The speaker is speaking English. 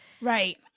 Right